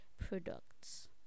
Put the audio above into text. products